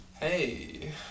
Hey